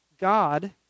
God